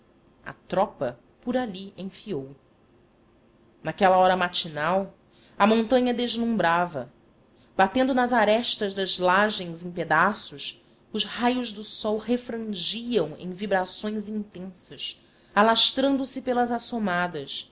a tropa por ali enfiou naquela hora matinal a montanha deslumbrava batendo nas arestas das lajens em pedaços os raios do sol refrangiam em vibrações intensas alastrando se pelas assomadas